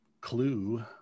clue